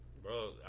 Bro